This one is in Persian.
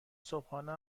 صبحانه